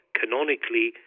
canonically